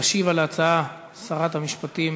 תשיב על ההצעה שרת המשפטים